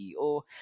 CEO